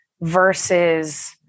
versus